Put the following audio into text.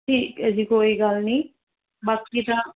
ਠੀਕ ਹੈ ਜੀ ਕੋਈ ਗੱਲ ਨਹੀਂ ਬਾਕੀ ਤਾਂ